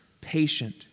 patient